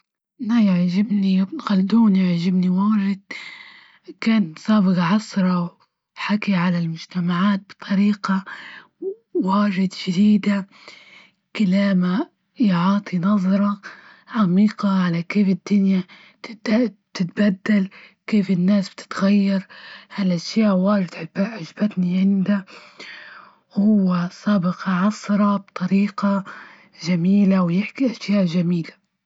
أنا يعجبني ابن خلدون، يعجبني واجد كان صابج عصرة، ووحكي على المجتمعات بطريقة واجد شديدة، يعاطي نظرة عميقة على كيف الدنيا تتبدل كيف الناس تتغير؟ هالأشياء وايض أحبها عجبتني عندها، وهو سابق عثرة بطريقة جميلة، ويحكي أشياء جميلة.